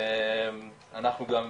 אנחנו גם,